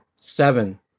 seven